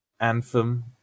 anthem